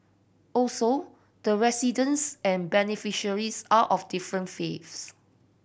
also the residents and beneficiaries are of different faiths